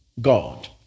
God